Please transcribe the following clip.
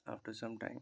after some time